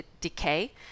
decay